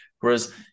whereas